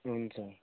हुन्छ